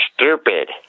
stupid